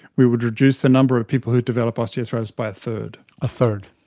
we would reduce the number of people who develop osteoarthritis by a third. a third.